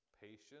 patience